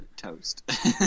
Toast